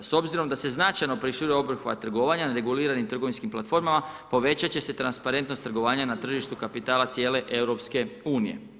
S obzirom da se značajno proširuje obuhvat trgovanja na reguliranim trgovinskim platformama povećati će se transparentnost trgovanja na tržištu kapitala cijele EU.